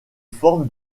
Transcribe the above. forme